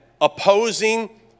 opposing